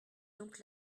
donc